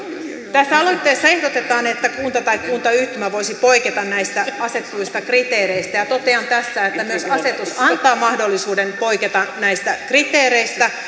tässä aloitteessa ehdotetaan että kunta tai kuntayhtymä voisi poiketa näistä asetetuista kriteereistä ja totean tässä että myös asetus antaa mahdollisuuden poiketa näistä kriteereistä